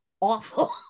awful